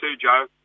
Joe